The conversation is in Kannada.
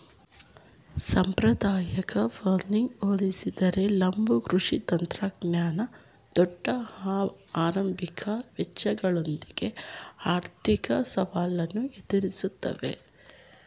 ಸಾಂಪ್ರದಾಯಿಕ ಫಾರ್ಮ್ಗೆ ಹೋಲಿಸಿದರೆ ಲಂಬ ಕೃಷಿ ತಂತ್ರಜ್ಞಾನ ದೊಡ್ಡ ಆರಂಭಿಕ ವೆಚ್ಚಗಳೊಂದಿಗೆ ಆರ್ಥಿಕ ಸವಾಲನ್ನು ಎದುರಿಸ್ತವೆ